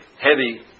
heavy